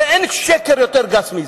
הרי אין שקר יותר גס מזה.